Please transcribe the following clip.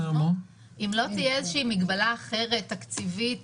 אם לא תהיה איזושהי מגבלה אחרת תקציבית